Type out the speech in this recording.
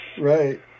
right